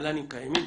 התל"נים קיימים,